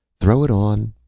throw it on,